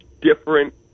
different